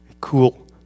cool